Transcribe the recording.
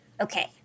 Okay